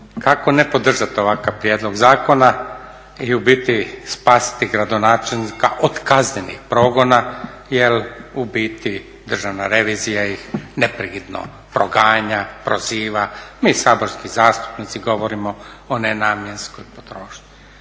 Kako ne podržat ovakav prijedlog zakona i u biti spasiti gradonačelnika od kaznenih progona jer u biti Državna revizija ih neprekidno proganja, proziva. Mi saborski zastupnici govorimo o nenamjenskoj potrošnji.